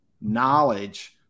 knowledge